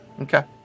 Okay